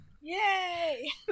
yay